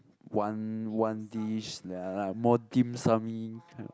one one dish more dim sum-my kind of